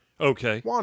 Okay